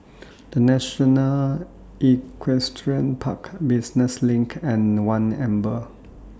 The National Equestrian Park Business LINK and one Amber